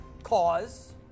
Cause